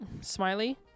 Smiley